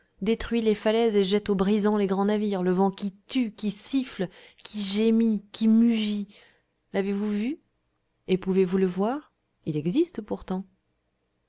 détruit les falaises et jette aux brisants les grands navires le vent qui tue qui siffle qui gémit qui mugit l'avez-vous vu et pouvez-vous le voir il existe pourtant